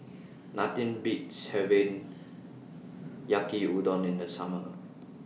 Nothing Beats having Yaki Udon in The Summer